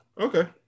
okay